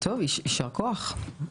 יישר כוח.